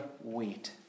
wait